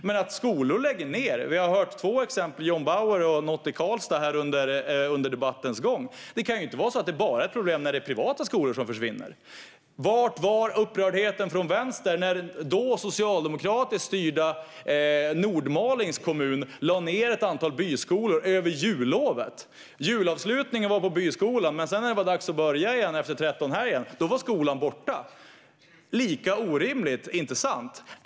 Men att skolor lägger ned och försvinner - vi har hört två exempel under debattens gång: John Bauer och något i Karlstad - kan inte vara ett problem bara när de är privata. Var fanns upprördheten från vänster när den då socialdemokratiskt styrda Nordmalings kommun lade ned ett antal byskolor under jullovet? Julavslutningen var på byskolan, men sedan när det var dags att börja igen efter trettonhelgen var skolan borta. Det är lika orimligt, inte sant?